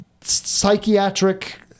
psychiatric